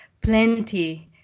plenty